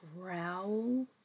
growl